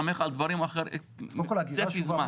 אז קודם כל האגירה השאובה,